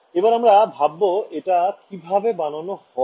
এবার আমরা ভাববো এটা কিভাবে বানানো হবে